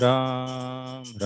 Ram